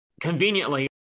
conveniently